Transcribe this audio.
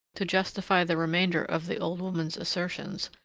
to justify the remainder of the old woman's assertions,